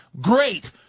Great